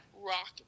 rock